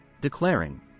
declaring